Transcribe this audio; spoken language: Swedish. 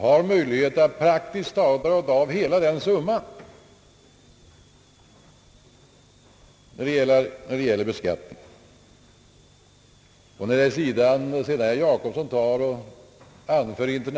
Jag tror att man vid deklarationen har möjlighet att dra av praktiskt taget hela den summan.